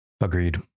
Agreed